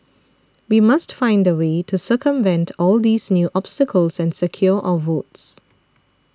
we must find a way to circumvent all these new obstacles and secure our votes